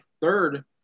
third